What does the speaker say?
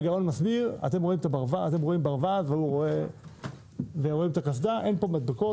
רואים את הקסדה, אין פה מדבקות.